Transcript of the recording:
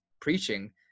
preaching